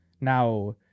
Now